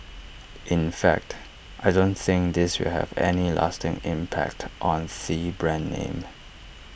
in fact I don't think this will have any lasting impact on the brand name